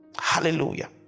hallelujah